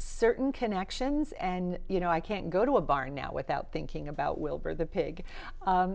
certain connections and you know i can't go to a bar now without thinking about wilbur the pig